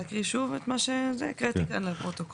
להקריא שוב את מה שהקראתי כאן לפרוטוקול?